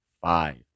five